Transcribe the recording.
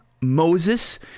Moses